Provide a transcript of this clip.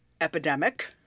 epidemic